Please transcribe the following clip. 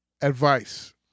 Advice